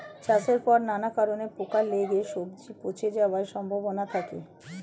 চাষের পর নানা কারণে পোকা লেগে সবজি পচে যাওয়ার সম্ভাবনা থাকে